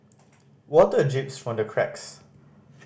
water drips from the cracks